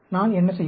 நான் என்ன செய்வது